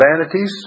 vanities